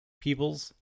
People's